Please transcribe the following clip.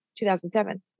2007